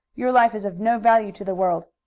your life is of no value to the world.